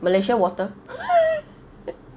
malaysia water